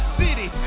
city